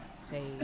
say